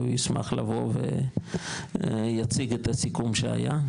הוא ישמח לבוא ויציג את הסיכום שהיה,